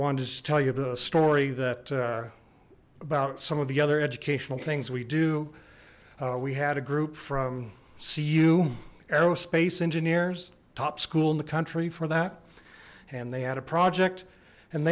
wanted to tell you the story that about some of the other educational things we do we had a group from cu aerospace engineers top school in the country for that and they had a project and